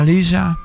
Lisa